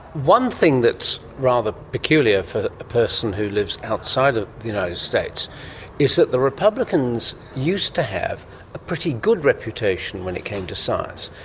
one thing that's rather peculiar for a person who lives outside of the united states is that the republicans used to have a pretty good reputation when it came to science.